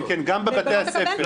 כן, גם בבתי הספר.